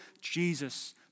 Jesus